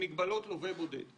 ממגבלות לווה בודד.